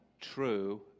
true